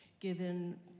given